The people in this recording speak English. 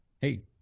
Hey